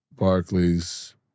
Barclays